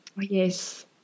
yes